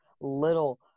little